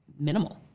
minimal